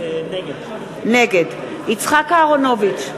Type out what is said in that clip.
נגד יצחק אהרונוביץ,